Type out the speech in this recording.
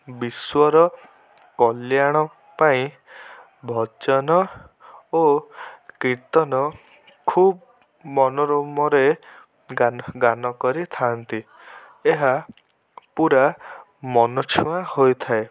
ସେମାନେ ବିଶ୍ୱର କଲ୍ୟାଣ ପାଇଁ ଭଜନ ଓ କୀର୍ତ୍ତନ ଖୁବ୍ ମନୋରମରେ ଗାନ ଗାନ କରିଥାନ୍ତି ଏହା ପୁରା ମନଛୁଆଁ ହେଇଥାଏ